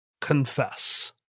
Confess